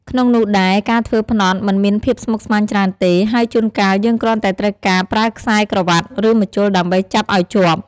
ក្នុងនោះដែរការធ្វើផ្នត់មិនមានភាពស្មុគស្មាញច្រើនទេ ហើយជួនកាលយើងគ្រាន់តែត្រូវការប្រើខ្សែក្រវាត់ ឬម្ជុលដើម្បីចាប់អោយជាប់។